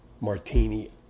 martini